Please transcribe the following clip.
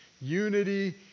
unity